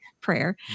prayer